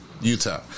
Utah